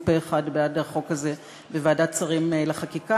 פה-אחד בעד החוק הזה בוועדת השרים לחקיקה.